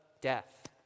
death